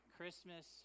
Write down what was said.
Christmas